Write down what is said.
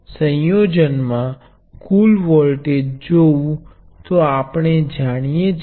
તેથી ફરીથી આપણી પાસે બે ટર્મિનલ છે આપણી પાસે વોલ્ટેજ V છે અને તમારી પાસે સંખ્યાબંધ રેઝિસ્ટર R1 R2